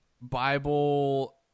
Bible